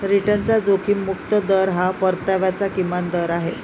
रिटर्नचा जोखीम मुक्त दर हा परताव्याचा किमान दर आहे